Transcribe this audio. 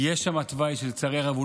יש שם תוואי שלצערי הרב לא